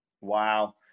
Wow